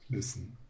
listen